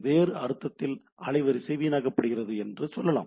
வேறு அர்த்தத்தில் அலைவரிசை வீணாக்கப்படுகிறது என்று சொல்லலாம்